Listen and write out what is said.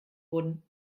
wurden